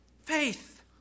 Faith